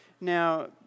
Now